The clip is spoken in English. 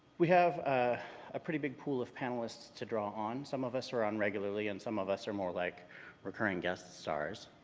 we have a ah pretty big pool of panelists to draw on. some of us are on regularly and some of us are more like recurring guest stars.